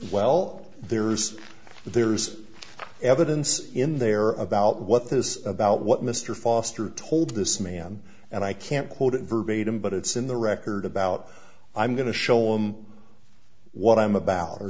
well there's there's evidence in there about what this about what mr foster told this man and i can't quote it verbatim but it's in the record about i'm going to show him what i'm about or